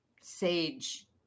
sage